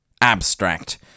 Abstract